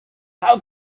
how